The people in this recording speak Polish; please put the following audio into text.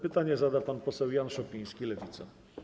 Pytanie zada pan poseł Jan Szopiński, Lewica.